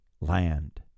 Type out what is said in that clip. land